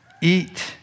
eat